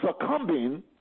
succumbing